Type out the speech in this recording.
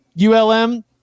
ULM